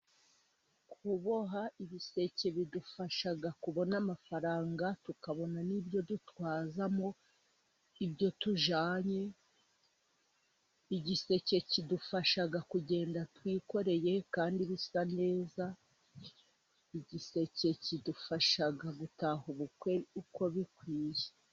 Kuboha ibiseke bidufasha kubona amafaranga, tukabona n'ibyo du twazamo, ibyo tujyanye, igiseke kidufasha kugenda twikoreye kandi bisa neza, igiseke kidufasha gutaha ubukwe uko bikwiye.